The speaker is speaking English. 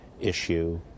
issue